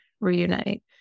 reunite